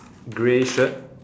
grey shirt